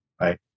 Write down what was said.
right